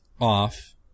off